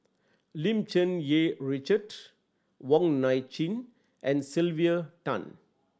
Lim Cherng Yih Richard Wong Nai Chin and Sylvia Tan